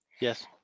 Yes